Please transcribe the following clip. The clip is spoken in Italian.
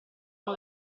uno